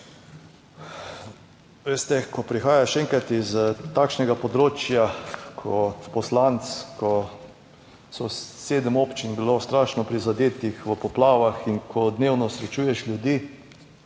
Veste, ko prihajaš enkrat iz takšnega področja kot poslanec, ko je sedem občin bilo strašno prizadetih v poplavah, in ko dnevno srečuješ ljudi,